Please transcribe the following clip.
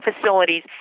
facilities